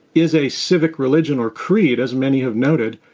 is a civic religion or creed, as many have noted,